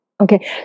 Okay